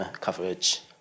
Coverage